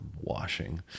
washing